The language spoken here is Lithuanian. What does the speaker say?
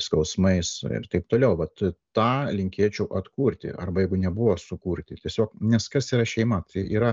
skausmais ir taip toliau vat tą linkėčiau atkurti arba jeigu nebuvo sukurti tiesiog nes kas yra šeima tai yra